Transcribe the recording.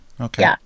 okay